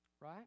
Right